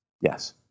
Yes